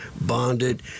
bonded